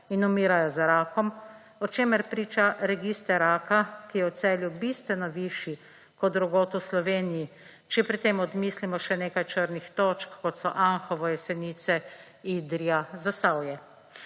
in umirajo za rakom, o čemer priča register raka, ki je v Celju bistveno višji kot drugod v Sloveniji, če pri tem odmislimo še nekaj črnih točk, kot so Anhovo, Jesenice, Idrija, Zasavje.